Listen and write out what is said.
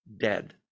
dead